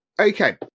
okay